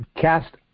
cast